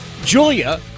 Julia